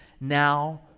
now